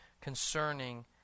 concerning